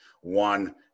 One